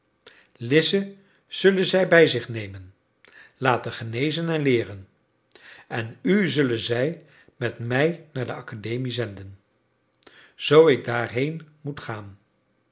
lize zullen zij bij zich nemen laten genezen en leeren en u zullen zij met mij naar de akademie zenden zoo ik daarheen moet gaan